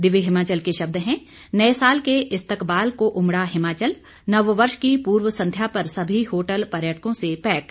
दिव्य हिमाचल के शब्द हैं नए साल के इस्तकबाल को उमड़ा हिमाचल नववर्ष की पूर्व संध्या पर सभी होटल पर्यटकों से पैक